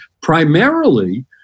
primarily